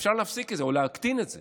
אפשר להפסיק את זה או להקטין את זה,